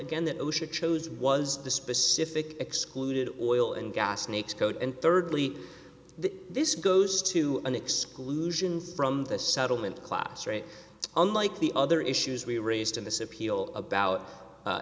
again that osha chose was the specific excluded oil and gas next code and thirdly the this goes to an exclusion from the settlement class right unlike the other issues we raised in this appeal about